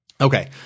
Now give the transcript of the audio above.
Okay